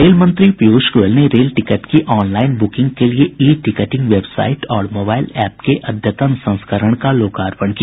rail मंत्री पीयूष गोयल ने rail ticket की ऑनलाइन बुकिंग के लिए ई टिकटिंग वेबसाइट और मोबाइल ऐप के अद्यतन संस्करण का लोकार्पण किया